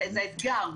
זה אתגר,